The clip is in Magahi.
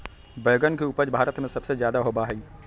बैंगन के उपज भारत में सबसे ज्यादा होबा हई